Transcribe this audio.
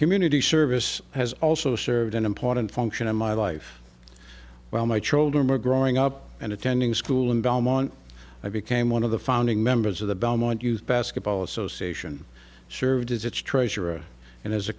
community service has also served an important function in my life while my children were growing up and attending school in belmont i became one of the founding members of the belmont youth basketball association served as its treasurer and as a